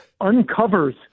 uncovers